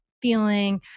feeling